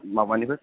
माबानिबो